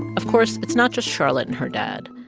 of course, it's not just charlotte and her dad.